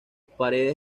paredes